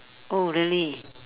oh really